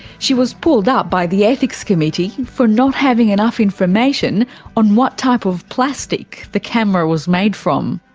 she was pulled up by the ethics committee for not having enough information on what type of plastic the camera was made from.